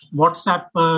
WhatsApp